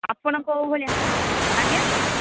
ଆପଣ କେଉଁ ଭଳିଆ ଆଜ୍ଞା